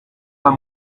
pas